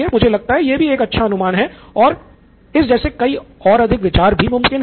मुझे लगता है कि यह भी एक अच्छा अनुमान है और इस जैसे कई और अधिक विचार भी मुमकिन है